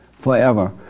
forever